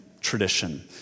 tradition